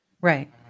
Right